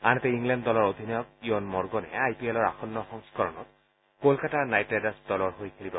আনহাতে ইংলেণ্ড দলৰ অধিনায়ক ইয়ন মৰ্গনে আই পি এলৰ আসন্ন সংস্কৰণত কলকাতা নাইট ৰাইডাৰ্ছ দলৰ হৈ খেলিব